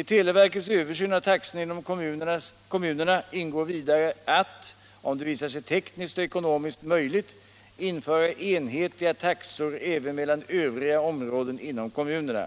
I televerkets översyn av taxorna inom kommunerna ingår vidare att - om det visar sig tekniskt och ekonomiskt möjligt — införa enhetliga taxor även mellan övriga områden inom kommunerna.